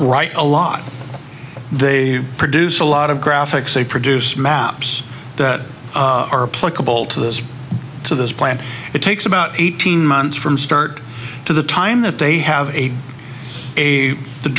write a lot they produce a lot of graphics they produce maps that to this plant it takes about eighteen months from start to the time that they have a a the